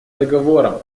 договором